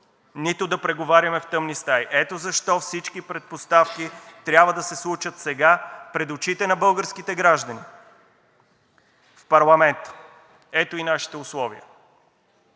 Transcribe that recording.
нито да преговарям в тъмни стаи. Ето защо всички предпоставки трябва да се случат сега, пред очите на българските граждани в парламента. Ето и нашите условия.